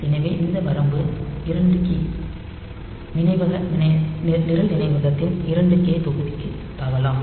எனவே இந்த வரம்பு 2 கி நிரல் நினைவகத்தின் 2 கே தொகுதிக்கு தாவலாம்